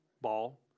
ball